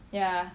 ya